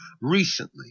recently